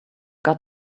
got